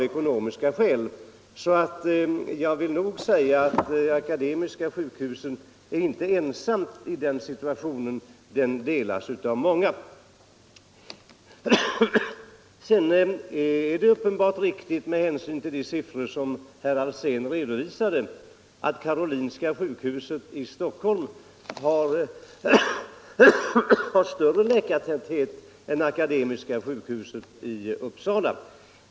Akademiska sjukhuset i Uppsala är alltså inte ensamt i den situation som det befinner sig i, utan den delas av många andra sjukhus. Det är uppenbarligen så att de siffror som herr Alsén nämnde visar att Karolinska sjukhuset har en större läkartäthet än Akademiska sjukhuset.